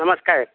ନମସ୍କାର